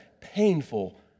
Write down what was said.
painful